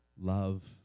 love